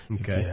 Okay